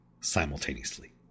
simultaneously